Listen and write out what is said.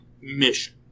mission